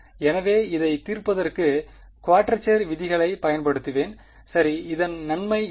எனவேஇதை தீர்ப்பதற்கு குவாட்ரச்சர் விதிகளை பயன்படுத்துவேன் சரி இதன் நனமை என்ன